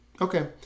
Okay